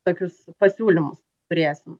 tokius pasiūlymus turėsim